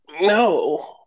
No